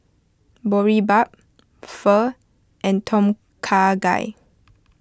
Boribap Pho and Tom Kha Gai